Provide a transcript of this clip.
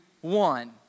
one